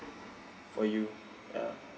for you ya